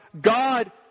God